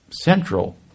central